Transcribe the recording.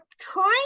trying